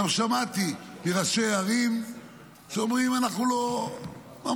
גם שמעתי מראשי ערים שאומרים: אנחנו לא רוצים,